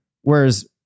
whereas